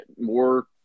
more